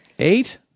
Eight